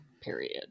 period